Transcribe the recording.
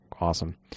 awesome